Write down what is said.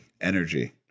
energy